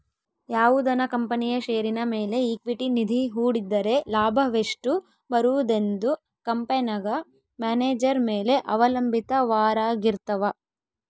ಯಾವುದನ ಕಂಪನಿಯ ಷೇರಿನ ಮೇಲೆ ಈಕ್ವಿಟಿ ನಿಧಿ ಹೂಡಿದ್ದರೆ ಲಾಭವೆಷ್ಟು ಬರುವುದೆಂದು ಕಂಪೆನೆಗ ಮ್ಯಾನೇಜರ್ ಮೇಲೆ ಅವಲಂಭಿತವಾರಗಿರ್ತವ